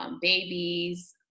Babies